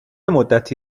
مدتی